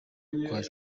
kwakirwa